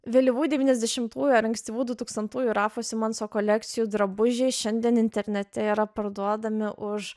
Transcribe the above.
vėlyvų devyniasdešimtųjų ar ankstyvų dutūkstantųjų rafo simonso kolekcijų drabužiai šiandien internete yra parduodami už